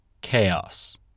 Chaos